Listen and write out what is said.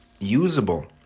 Usable